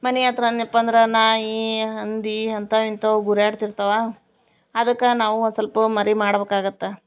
ಮನೆ ಹತ್ರ್ ಅಂದ್ನ್ಯಪ್ಪ ಅಂದ್ರೆ ನಾಯಿ ಹಂದಿ ಅಂಥಾವು ಇಂಥಾವು ಗುರ್ಯಾಡ್ತಿರ್ತವೆ ಅದಕ್ಕೆ ನಾವು ಒಂದು ಸಲ್ಪ ಮರೆ ಮಾಡ್ಬೇಕಾಗತ್ತೆ